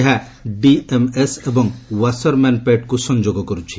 ଏହା ଡିଏମଏସ୍ ଏବଂ ୱାସରମ୍ୟାନପେଟ୍କୁ ସଂଯୋଗ କରୁଛି